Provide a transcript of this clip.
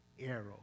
arrow